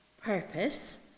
purpose